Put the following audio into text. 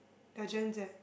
they're Gen-Z